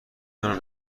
کنم